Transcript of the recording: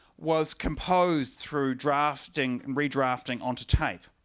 was composed through drafting and redrafting onto tape,